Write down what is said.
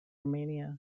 romania